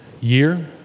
year